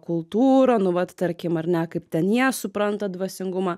kultūrą nu vat tarkim ar ne kaip ten jie supranta dvasingumą